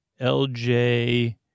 LJ